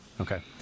Okay